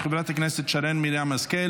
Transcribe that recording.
של חברת הכנסת שרן מרים השכל,